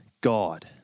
God